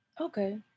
Okay